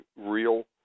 real